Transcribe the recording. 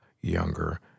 younger